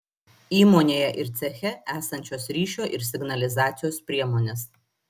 įmonėje ir ceche esančios ryšio ir signalizacijos priemonės